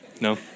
no